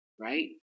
right